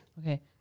Okay